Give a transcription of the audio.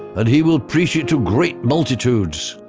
and he will preach it to great multitudes.